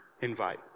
invite